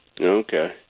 Okay